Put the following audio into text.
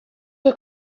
che